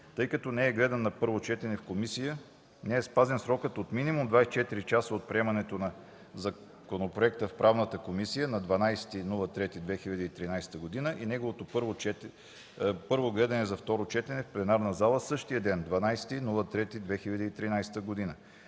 тъй като не е гледан на първо четене в комисия, не е спазен срокът от минимум 24 часа от приемане на законопроекта в Правна комисия на 12.03.2013 г. и неговото първо гледане за второ четене в пленарна зала същия ден – 12.03.2013 г.;